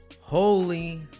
Holy